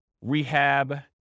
rehab